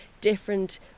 different